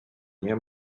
nie